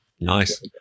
Nice